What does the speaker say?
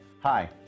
Hi